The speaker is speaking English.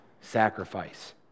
sacrifice